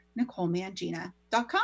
NicoleMangina.com